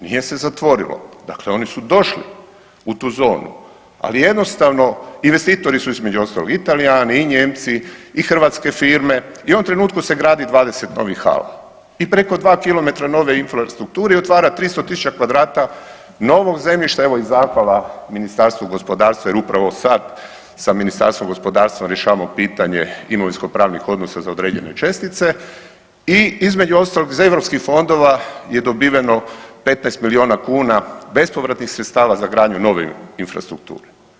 Nije se zatvorilo, dakle oni su došli u tu zonu, ali jednostavno, investitori su, između ostalog i Talijani i Nijemci i hrvatske firme i u ovom trenutku se gradi 20 novih hala i preko 2 km nove infrastrukture i otvara 300 tisuća kvadrata novog zemljišta, evo i zahvala Ministarstvu gospodarstva jer upravo sad sa Ministarstvom gospodarstva rješavamo pitanje imovinsko-pravnih odnosa za određene čestice i između ostaloga, iz EU fondova je dobiveno 15 milijuna kuna bespovratnih sredstava za gradnju nove infrastrukture.